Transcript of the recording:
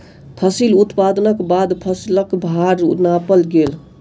फसिल उत्पादनक बाद फसिलक भार नापल गेल